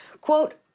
quote